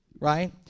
right